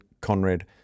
Conrad